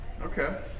Okay